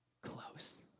close